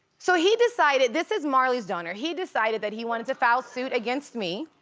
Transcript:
so he decided, this is marley's donor. he decided that he wanted to file suit against me.